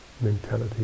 mentality